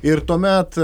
ir tuomet